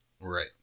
Right